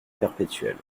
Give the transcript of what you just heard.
perpétuelle